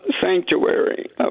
sanctuary